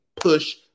push